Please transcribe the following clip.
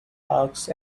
asked